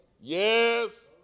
Yes